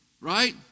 right